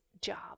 job